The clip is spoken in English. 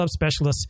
subspecialists